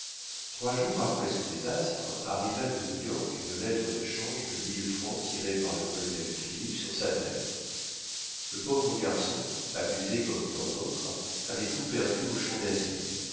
trois jours après ce désastre arriva de new-york une lettre de change de mille francs tirée par le colonel philippe sur sa mère le pauvre garçon abusé comme tant d'autres avait tout perdu au champ dasile